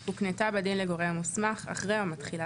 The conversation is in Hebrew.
הקנתה בדין לגורם מוסמך אחרי המתחילה,